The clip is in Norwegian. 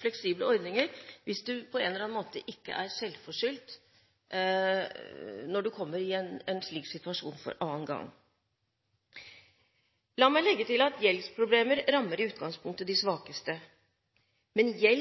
fleksible ordninger, hvis det ikke på en eller annen måte er selvforskyldt at man kommer i en slik situasjon for annen gang. La meg legge til at gjeldsproblemer i utgangspunktet rammer de svakeste, men det